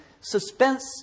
suspense